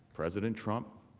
president trump